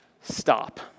stop